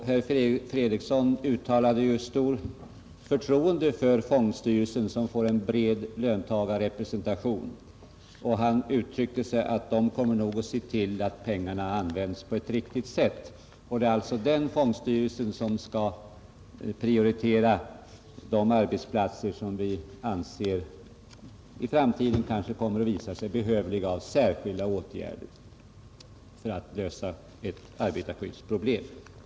Herr Fredriksson uttalade ju stort förtroende för fondstyrelsen, som får en bred löntagarrepresentation, och sade att den nog kommer att se till att pengarna används på ett riktigt sätt. Det är alltså den fondstyrelsen som skall prioritera de arbetsplatser som i framtiden kanske kommer att visa sig i behov av särskilda åtgärder för att lösa ett arbetarskyddsproblem.